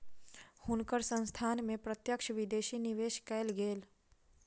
हुनकर संस्थान में प्रत्यक्ष विदेशी निवेश कएल गेल